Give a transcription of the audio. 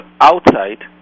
outside